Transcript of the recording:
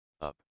up